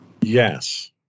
Yes